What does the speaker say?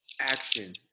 action